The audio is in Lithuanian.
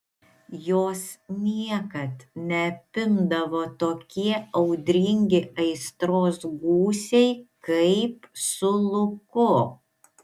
jos niekad neapimdavo tokie audringi aistros gūsiai kaip su luku